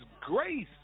grace